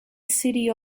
city